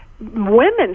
Women